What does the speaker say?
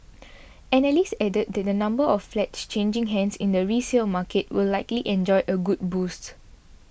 analysts added that the number of flats changing hands in the resale market will likely enjoy a good boost